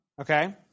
Okay